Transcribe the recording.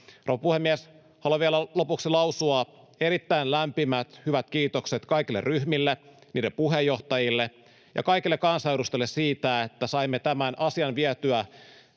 Haluan vielä lopuksi lausua erittäin lämpimät, hyvät kiitokset kaikille ryhmille, niiden puheenjohtajille ja kaikille kansanedustajille siitä, että saimme tämän asian vietyä